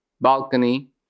balcony